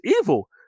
evil